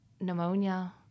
pneumonia